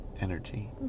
energy